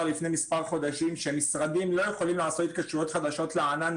לפני מספר חודשים שהמשרדים לא יכולים לעשות התקשרויות חדשות לענן,